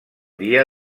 dia